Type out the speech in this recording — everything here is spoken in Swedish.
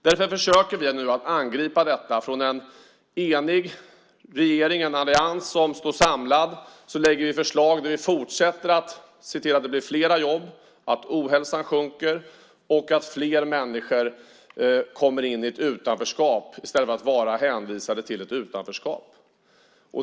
Därför försöker vi nu att angripa detta från en enig regering. En allians som står samlad lägger fram förslag där vi fortsätter att se till att det blir fler jobb, att ohälsan sjunker och att fler människor kommer in i gemenskap i stället för att vara hänvisade till ett utanförskap.